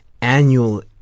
annual